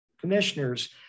commissioners